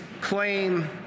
claim